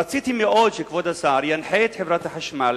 רציתי מאוד שכבוד השר ינחה את חברת החשמל